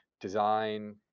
design